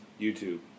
YouTube